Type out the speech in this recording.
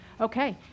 Okay